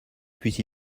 puisse